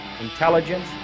intelligence